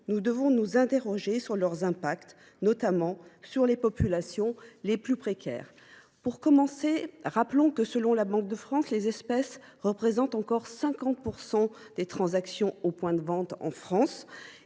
nous devons réfléchir à leurs impacts, notamment sur les populations les plus précaires. Pour commencer, rappelons que, selon la Banque de France, les espèces représentent encore 50 % des transactions aux points de vente en France,